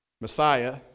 Messiah